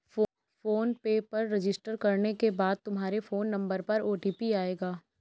phone पे पर register करने के बाद तुम्हारे फोन नंबर पर ओ.टी.पी आएगा